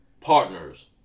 partners